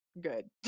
good